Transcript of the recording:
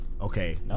Okay